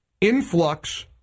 influx